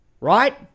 Right